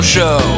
Show